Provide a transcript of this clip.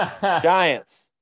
Giants